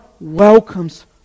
welcomes